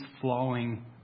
flowing